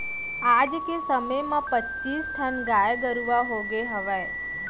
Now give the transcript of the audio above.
आज के समे म पच्चीस ठन गाय गरूवा होगे हवय